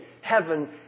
Heaven